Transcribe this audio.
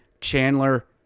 Chandler